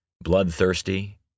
bloodthirsty